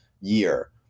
year